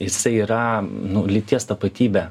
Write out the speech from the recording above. jisai yra nu lyties tapatybė